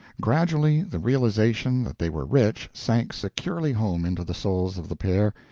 gradually the realization that they were rich sank securely home into the souls of the pair,